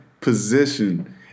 position